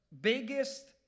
biggest